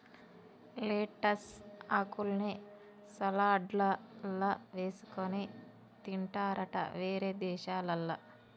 lettuce ఆకుల్ని సలాడ్లల్ల వేసుకొని తింటారట వేరే దేశాలల్ల